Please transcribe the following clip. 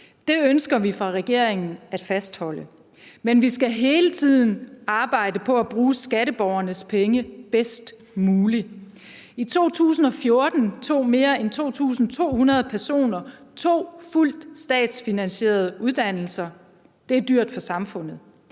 Det ønsker vi fra regeringens side at fastholde. Men vi skal hele tiden arbejde på at bruge skatteborgernes penge bedst muligt. I 2014 tog mere end 2.200 personer to fuldt statsfinansierede uddannelser. Det er dyrt for samfundet.